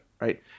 right